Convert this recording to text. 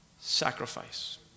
sacrifice